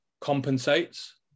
compensates